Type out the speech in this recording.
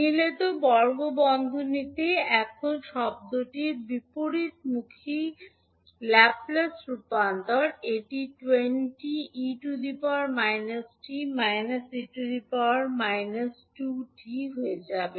নিলে তো বর্গ বন্ধনীতে এখন শব্দটির বিপরীতমুখী ল্যাপ্লেস রূপান্তর এটি 20 𝑒 − 𝑡 𝑒 − 2𝑡 হয়ে যাবে